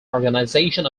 organization